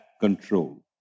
control